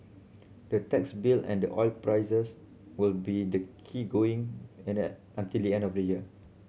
the tax bill and the oil prices will be the key going and an until the end of the year